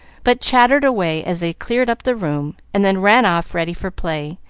but chattered away as they cleared up the room, and then ran off ready for play,